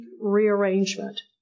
rearrangement